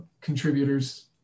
contributors